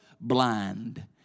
blind